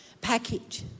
package